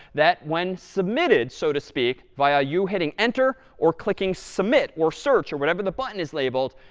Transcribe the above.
that when submitted, so to speak, via you hitting enter or clicking submit or search or whatever the button is labeled,